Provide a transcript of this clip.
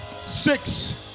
six